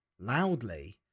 Loudly